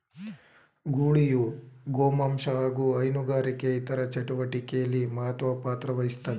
ಗೂಳಿಯು ಗೋಮಾಂಸ ಹಾಗು ಹೈನುಗಾರಿಕೆ ಇತರ ಚಟುವಟಿಕೆಲಿ ಮಹತ್ವ ಪಾತ್ರವಹಿಸ್ತದೆ